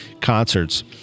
concerts